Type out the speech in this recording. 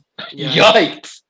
Yikes